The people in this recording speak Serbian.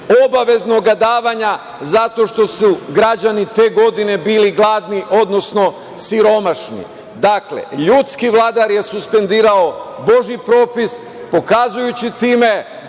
obaveznog davanja zato što su građani te godine bili gladni, odnosno siromaši. Dakle, ljudski vladar je suspendovao božji propis pokazujući time